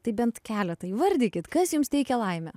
tai bent keletą įvardykit kas jums teikia laimę